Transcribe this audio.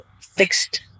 fixed